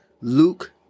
Luke